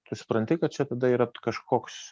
tu supranti kad čia tada yra kažkoks